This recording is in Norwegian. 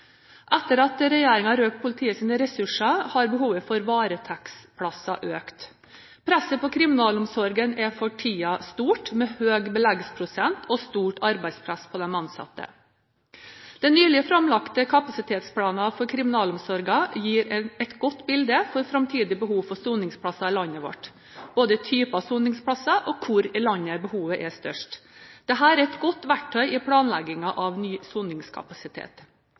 Etter at regjeringen har økt politiets ressurser, har behovet for varetektsplasser økt. Presset på kriminalomsorgen er for tiden stort, med høy beleggsprosent og stort arbeidspress på de ansatte. Den nylig framlagte kapasitetsplanen for kriminalomsorgen gir et godt bilde for framtidig behov for soningsplasser i landet vårt – både typer soningsplasser og hvor i landet behovet er størst. Dette er et godt verktøy i planleggingen av ny soningskapasitet.